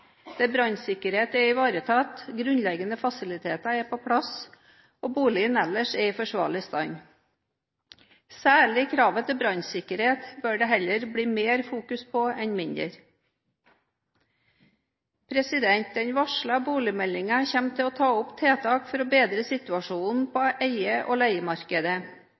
brannsikkerhet er ivaretatt, grunnleggende fasiliteter er på plass og boligen ellers er i forsvarlig stand. Særlig kravet til brannsikkerhet bør det heller fokuseres mer på enn mindre. Den varslede boligmeldingen kommer til å ta opp tiltak for å bedre situasjonen på eie- og leiemarkedet.